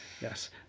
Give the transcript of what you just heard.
Yes